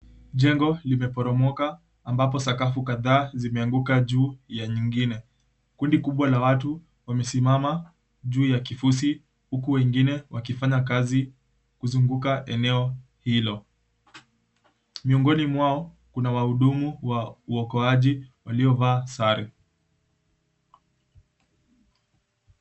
Jengo limeporomoka ambapo sakafu kadhaa zimeanguka juu ya nyingine, kundi kubwa la watu wamesimama juu ya kifusi huku wengine wakifanya kazi kuzunguka eneo hilo miongoni mwao kuna wahudumu wa uokoaji waliovaa sare.